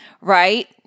right